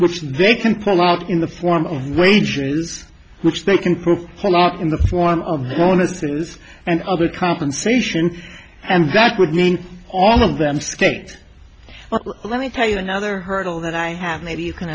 which they can pull out in the form of wages which they can prove in the form of the ministers and other compensation and that would mean all of them state let me tell you another hurdle that i have maybe you can